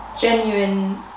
genuine